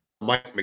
Mike